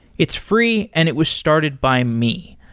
it's free and it was started by me.